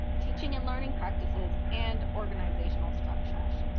teaching and learning practices, and organizational structures.